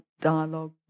dialogue